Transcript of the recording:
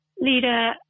Leader